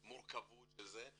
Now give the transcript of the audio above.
המורכבות של זה,